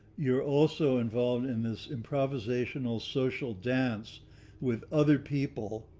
you're also involved in this improvisational social dance with other people.